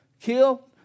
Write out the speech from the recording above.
kill